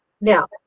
now